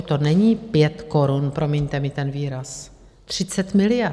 To není pět korun, promiňte mi ten výraz, 30 miliard.